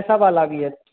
ऐसा वाला भी है